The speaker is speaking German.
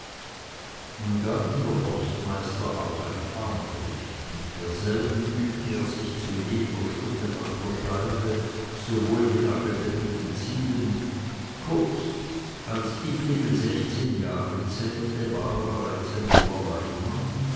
nun gab ihm der forstmeister auch eine armbrust mit derselben übte er sich zu jeder stunde nach der scheibe sowohl wie nach lebendigen zielen kurz als dietegen sechszehn jahre zählte war er bereits ein junger weidmann